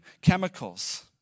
chemicals